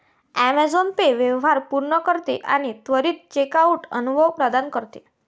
Amazon pay व्यवहार पूर्ण करते आणि त्वरित चेकआउट अनुभव प्रदान करते